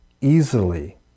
easily